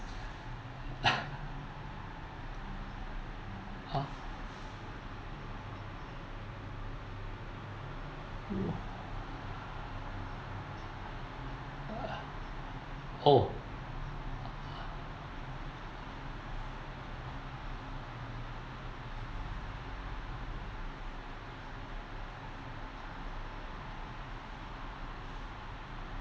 ha oh